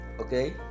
Okay